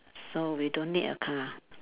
so we don't need a car